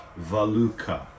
Valuka